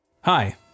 Hi